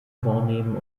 vornehmen